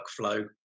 workflow